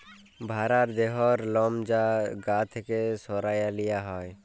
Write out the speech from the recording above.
ভ্যারার দেহর লম যা গা থ্যাকে সরাঁয় লিয়া হ্যয়